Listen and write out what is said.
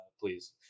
please